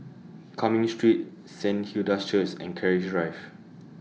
Cumming Street Saint Hilda's Church and Keris Drive